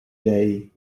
day